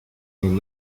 non